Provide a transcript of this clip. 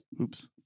oops